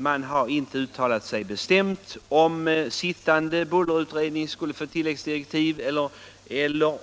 Man har inte uttalat sig bestämt huruvida den sittande bullerutredningen borde få tilläggsdirektiv eller